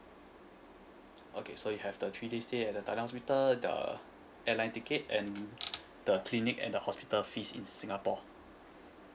okay so you have the three days stay at the thailand hospital the airline ticket and the clinic at the hospital fees in singapore